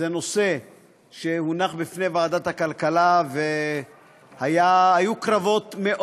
זה נושא שהונח בפני ועדת הכלכלה, והיו קרבות מאוד